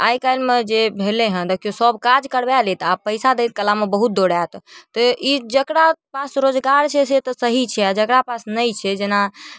आइकाल्हिमे जे भेलै हँ देखियौ सब काज करवा लेत आओर पैसा दै कालमे बहुत दौड़यत तऽ ई जेकरा पास रोजगार छै से तऽ सही छै आओर जकरा पास नहि छै जेना